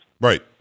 Right